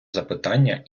запитання